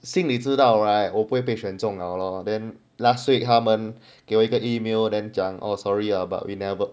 心里知道 right 我不会被选中了 lor then last week 他们给我一个 email then oh sorry ah but we never